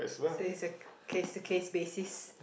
so it's a case to case basis